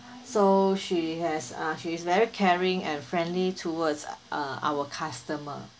so she has uh she's very caring and friendly towards uh our customer